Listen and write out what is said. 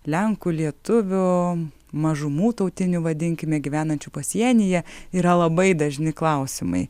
lenkų lietuvių mažumų tautinių vadinkime gyvenančių pasienyje yra labai dažni klausimai